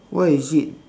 what is it